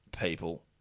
people